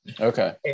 Okay